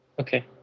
Okay